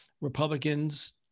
Republicans